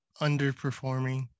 underperforming